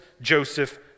Joseph